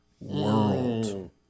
world